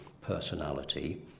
personality